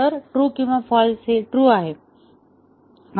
तर ट्रू किंवा फाँल्स हे ट्रू आहे